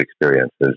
experiences